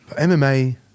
MMA